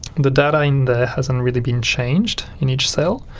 the data in there hasn't really been changed, in each cell,